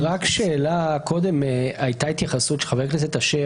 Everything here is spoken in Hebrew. קודם הייתה התייחסות של חבר הכנסת אשר,